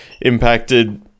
impacted